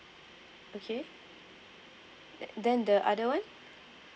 okay then the other one